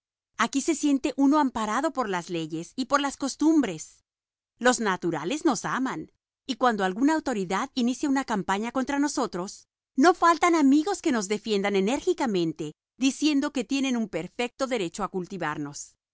aquí se siente uno amparado por las leyes y por las costumbres los naturales nos aman y cuando alguna autoridad inicia una campaña contra nosotros no faltan amigos que nos defiendan enérgicamente diciendo que tienen un perfecto derecho a cultivarnos